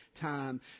time